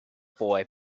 boy